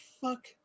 fuck